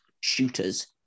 shooters